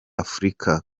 afurika